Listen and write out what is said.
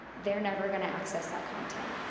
they're never gonna access that content.